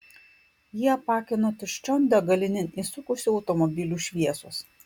jį apakino tuščion degalinėn įsukusių automobilių šviesos